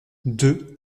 deux